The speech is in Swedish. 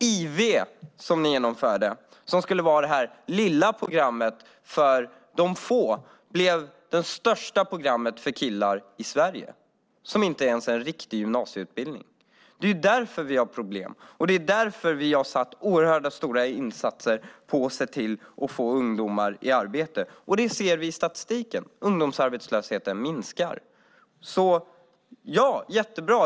IV-programmet som ni införde skulle vara det lilla programmet för några få. Det blev det största programmet för killar. Det är inte ens en riktig gymnasieutbildning. Det är därför vi har problem, och det är därför vi har gjort stora insatser för att få ungdomar i arbete. I statistiken ser vi att ungdomsarbetslösheten minskar.